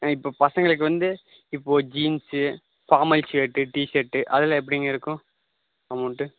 ஆ இப்போ பசங்களுக்கு வந்து இப்போது ஜீன்ஸ்ஸு ஃபார்மல் ஷர்ட்டு டீஷர்ட்டு அதெலாம் எப்படிங்க இருக்கும் அமௌண்ட்டு